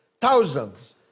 thousands